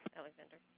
alexander.